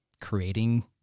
creating